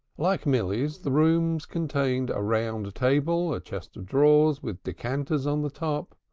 like milly's, the room contained a round table, a chest of drawers with decanters on the top,